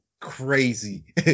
crazy